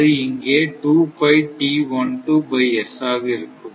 அது இங்கே ஆக இருக்கும்